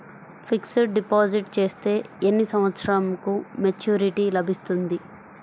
Fixed deposit చేస్తే ఎన్ని సంవత్సరంకు మెచూరిటీ లభిస్తుంది?